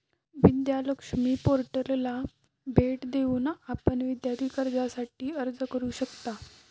विद्या लक्ष्मी पोर्टलला भेट देऊन आपण विद्यार्थी कर्जासाठी अर्ज करू शकता